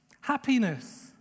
Happiness